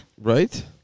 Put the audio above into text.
Right